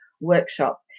workshop